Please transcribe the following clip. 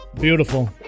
Beautiful